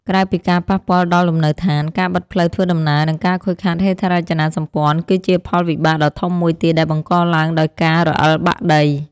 ក្រៅពីការប៉ះពាល់ដល់លំនៅដ្ឋាន ការបិទផ្លូវធ្វើដំណើរ និងការខូចខាតហេដ្ឋារចនាសម្ព័ន្ធ គឺជាផលវិបាកដ៏ធំមួយទៀតដែលបង្កឡើងដោយការរអិលបាក់ដី។